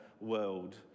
world